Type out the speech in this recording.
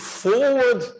forward